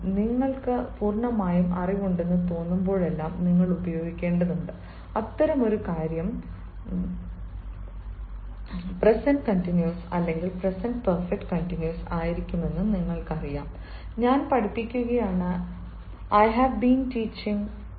അതിനാൽ നിങ്ങൾക്ക് പൂർണ്ണമായും അറിവുണ്ടെന്ന് തോന്നുമ്പോഴെല്ലാം നിങ്ങൾ ഉപയോഗിക്കേണ്ടതുണ്ട് അത്തരമൊരു കാര്യം പ്രേസേന്റ്റ് കണ്ടിന്യുസ്സ് അല്ലെങ്കിൽ പ്രേസേന്റ്റ് പെർഫെക്ട് കണ്ടിന്യുസ്സ് ആയിരിക്കുമെന്ന് നിങ്ങൾക്കറിയാം ഞാൻ പഠിപ്പിക്കുകയാണ് ഐ ഹാവ് ബീന ടീച്ചിങ്